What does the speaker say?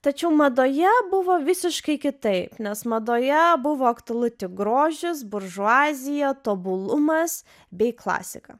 tačiau madoje buvo visiškai kitaip nes madoje buvo aktualu tik grožis buržuazija tobulumas bei klasika